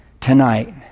tonight